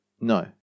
No